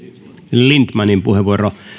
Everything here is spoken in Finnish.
lindtmanin puheenvuoro